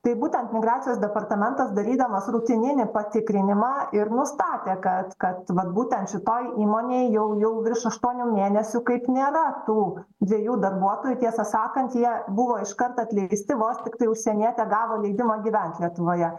tai būtent migracijos departamentas darydamas rutininį patikrinimą ir nustatė kad kad vat būtent šitoj įmonėj jau jau virš aštuonių mėnesių kaip nėra tų dviejų darbuotojų tiesą sakant jie buvo iškart atleisti vos tiktai užsienietė gavo leidimą gyvent lietuvoje